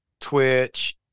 Twitch